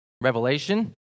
Revelation